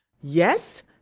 Yes